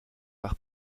par